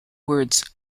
words